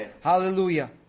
Hallelujah